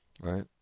right